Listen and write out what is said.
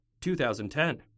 2010